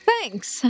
Thanks